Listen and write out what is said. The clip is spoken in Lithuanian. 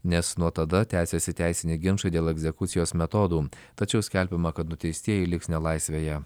nes nuo tada tęsiasi teisiniai ginčai dėl egzekucijos metodų tačiau skelbiama kad nuteistieji liks nelaisvėje